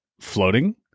floating